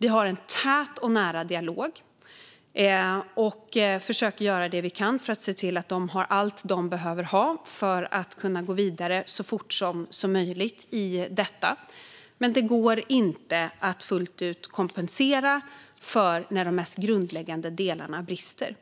Vi har en tät och nära dialog, och vi försöker göra det vi kan för att se till att de har allt de behöver för att kunna gå vidare så fort som möjligt. Men det går inte att fullt ut kompensera när de mest grundläggande delarna brister.